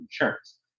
insurance